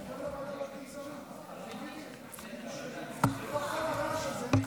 להכנתה לקריאה ראשונה.